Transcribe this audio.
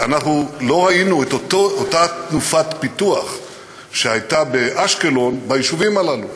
אנחנו לא ראינו את אותה תנופת פיתוח שהייתה באשקלון ביישובים הללו.